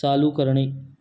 चालू करणे